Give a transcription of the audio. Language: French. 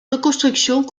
reconstructions